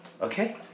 Okay